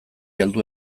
heldu